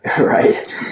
Right